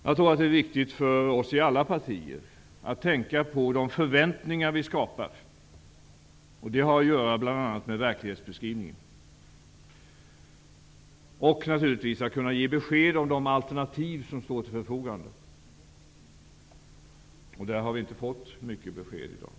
Jag tror att det är viktigt för oss i alla partier att tänka på de förväntningar vi skapar. Det handlar bl.a. om verklighetsbeskrivningen och naturligtvis om att vi skall kunna ge besked om de alternativ som står till förfogande. När det gäller detta har vi inte fått mycket till besked i dag.